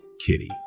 Kitty